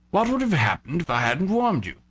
what would have happened if i hadn't warmed you?